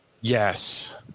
yes